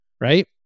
right